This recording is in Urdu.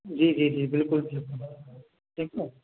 جی جی جی بالکل ٹھیک ہے